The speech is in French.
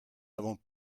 avons